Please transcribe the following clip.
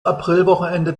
aprilwochenende